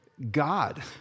God